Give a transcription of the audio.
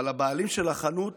אבל הבעלים של החנות